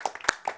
צוותים,